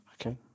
Okay